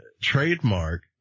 trademark